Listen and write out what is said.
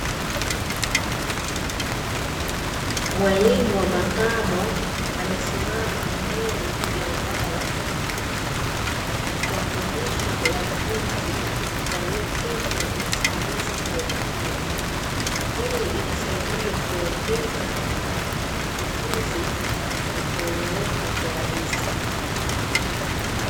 Mwalimu wa makamo amesimama mbele ya ubao akiwafundisha wanafunzi walioketi wakimsikiliza kwa umakini. Hii inasaidia kuongeza ujuzi na kueleweka kirahisi.